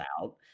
out